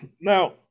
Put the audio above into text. now